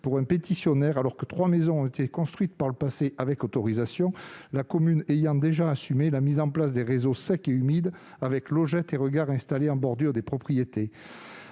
pour un pétitionnaire, alors que trois maisons avaient auparavant été construites avec autorisation, la commune ayant déjà assumé la mise en place des réseaux secs et humides, avec logettes et regards installés en bordure des propriétés.